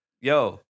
Yo